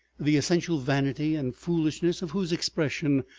the essential vanity and foolishness of whose expression,